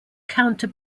counter